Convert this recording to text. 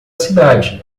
cidade